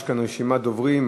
יש כאן רשימת דוברים.